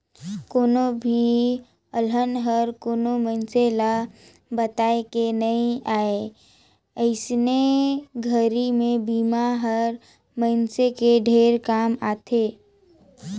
कोनो भी अलहन हर कोनो मइनसे ल बताए के नइ आए अइसने घरी मे बिमा हर मइनसे के ढेरेच काम आथे